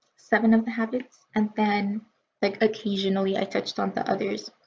seven of the habits, and then like occasionally i touched on the others